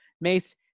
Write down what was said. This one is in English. mace